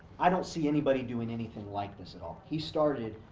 i don't see anybody doing anything like this at all, he started,